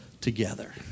together